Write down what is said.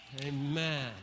Amen